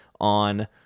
on